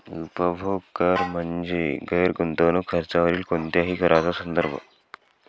उपभोग कर म्हणजे गैर गुंतवणूक खर्चावरील कोणत्याही कराचा संदर्भ